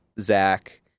Zach